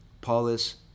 Paulus